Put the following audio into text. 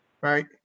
right